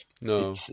No